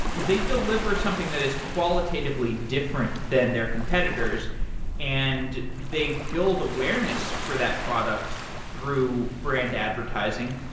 they deliver something that is qualitatively different than their competitors and they build awareness for that product through brand advertising,